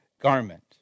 garment